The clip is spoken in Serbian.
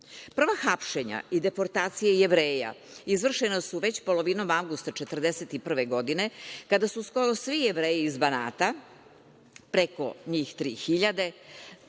hapšenja i deportacija Jevreja izvršena su već polovinom avgusta 1941. godine, kada su skoro svi Jevreji iz Banata, preko njih 3.000,